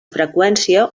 freqüència